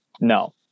No